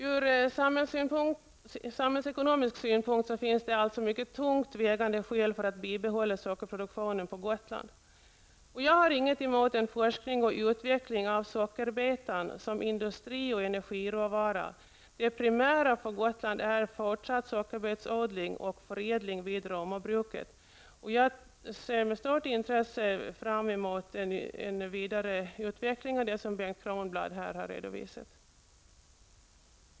Ur samhällsekonomisk synpunkt finns det alltså mycket tungt vägande skäl för att bibehålla sockerproduktionen på Gotland. Jag har inget emot en forskning och utveckling av sockerbetan som industri och energiråvara. Det primära för Gotland är fortsatt sockerbetsodling och förädling vid Romabruket. Jag ser med stort intresse fram emot en vidare utveckling av det som Bengt Kronblad här har redovisat.